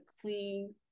clean